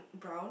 brown